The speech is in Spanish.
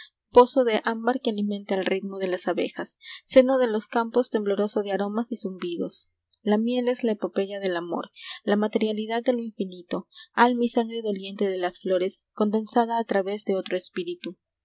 pozo de ambar que alimenta el ritmo de las abejas seno de los campos tembloroso de aromas y zumbidos la miel es la epopeya del amor la materialidad de lo infinito alma y sangre doliente de las flores condensada a través de otro espíritu